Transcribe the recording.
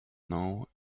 now